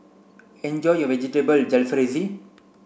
enjoy your Vegetable Jalfrezi